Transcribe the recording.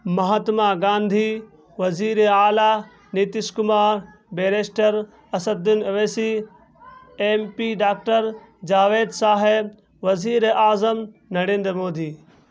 مہاتما گاندھی وزیر اعلیٰ Nitish Kumar barrister Asaduddin Owaisi M P doctor Javed صاحب وزیر اعظم نریندر مودی